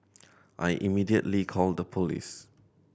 I immediately called the police